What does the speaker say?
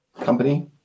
Company